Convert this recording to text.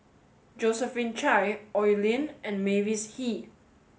Josephine Chia Oi Lin and Mavis Hee